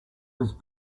was